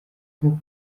nko